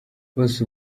bose